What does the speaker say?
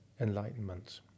enlightenment